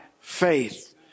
faith